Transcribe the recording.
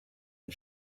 and